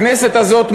הכנסת הזאת,